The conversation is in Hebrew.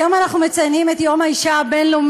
היום אנחנו מציינים את יום האישה הבין-לאומי.